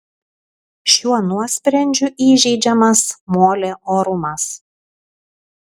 šiuo nuosprendžiu įžeidžiamas molė orumas